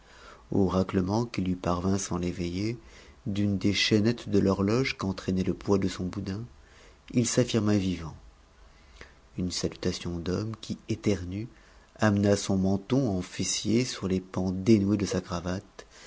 au raclement qui lui parvint sans l'éveiller d'une des chaînettes de l'horloge qu'entraînait le poids de son boudin il s'affirma vivant une salutation d'homme qui éternue amena son menton en fessier sur les pans dénoués de sa cravate